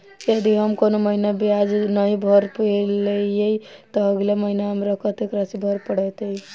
यदि हम कोनो महीना ब्याज नहि भर पेलीअइ, तऽ अगिला महीना हमरा कत्तेक राशि भर पड़तय?